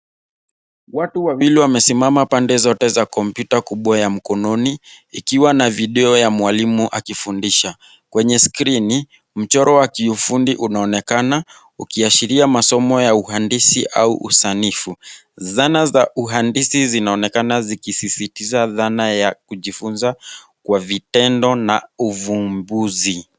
Watu wawili wamesimama pande zote za kompyuta kubwa ya mkononi ikiwa na video ya mwalimu akifundisha, kwenye skirini mchoro wa kiufundi unaonekana ukiashiria masomo ya uhandisi au usanifu ,zana za uhandisi zinaonekana zikisisitiza dhana ya kujifunza kwa vitendo na uvumbuzi.